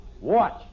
watch